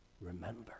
Remember